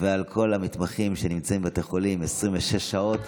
ועל כל המתמחים שנמצאים בבתי החולים 26 שעות